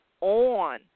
on